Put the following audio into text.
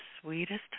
sweetest